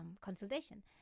consultation